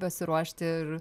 pasiruošti ir